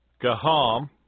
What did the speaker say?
Gaham